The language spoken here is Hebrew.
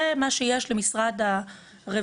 זה מה שיש למשרד הרווחה,